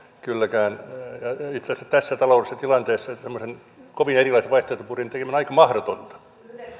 kylläkään itse asiassa tässä taloudellisessa tilanteessa semmoisen kovin erilaisen vaihtoehtobudjetin tekeminen on aika mahdotonta